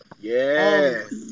yes